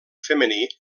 femení